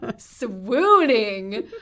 swooning